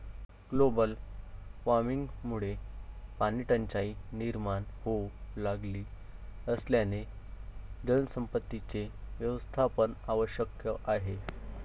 global वॉर्मिंगमुळे पाणीटंचाई निर्माण होऊ लागली असल्याने जलसंपत्तीचे व्यवस्थापन आवश्यक आहे